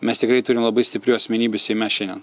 mes tikrai turim labai stiprių asmenybių seime šiandien